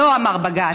לא, אמר בג"ץ.